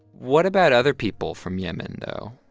what about other people from yemen, though,